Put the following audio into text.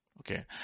Okay